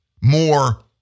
more